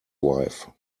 wife